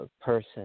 person